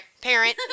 Parent